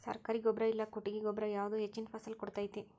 ಸರ್ಕಾರಿ ಗೊಬ್ಬರ ಇಲ್ಲಾ ಕೊಟ್ಟಿಗೆ ಗೊಬ್ಬರ ಯಾವುದು ಹೆಚ್ಚಿನ ಫಸಲ್ ಕೊಡತೈತಿ?